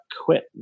quit